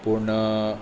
पूण